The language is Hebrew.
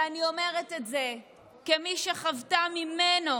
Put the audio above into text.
ואני אומרת את זה כמי שחוותה ממנו